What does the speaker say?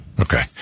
Okay